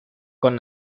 con